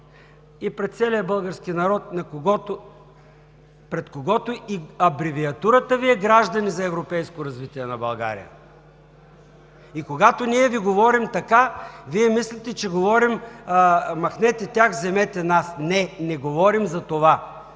и пред целия български народ, пред когото и абревиатурата Ви е „Граждани за европейско развитие на България“? Когато ние Ви говорим така, Вие мислите, че говорим: „Махнете тях, вземете нас!“ Не, не говорим за това.